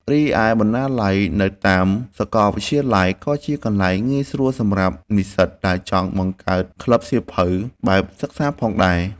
រីឯបណ្ណាល័យនៅតាមសាកលវិទ្យាល័យ ក៏ជាកន្លែងងាយស្រួលសម្រាប់និស្សិតដែលចង់បង្កើតក្លឹបសៀវភៅបែបសិក្សាផងដែរ។